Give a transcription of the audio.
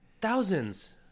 Thousands